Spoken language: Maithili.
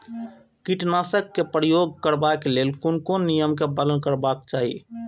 कीटनाशक क प्रयोग करबाक लेल कोन कोन नियम के पालन करबाक चाही?